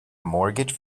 mortgage